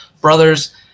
brothers